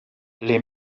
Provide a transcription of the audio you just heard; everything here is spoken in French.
les